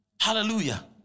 Hallelujah